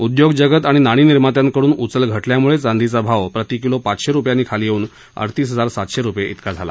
उद्योग जगत आणि नाणी निर्मात्यांकडून उचल घटल्यामुळे चांदीचा भाव प्रतिकिलो पाचशे रुपयांनी खाली येऊन अडतीस हजार सातशे रुपये इतका झाला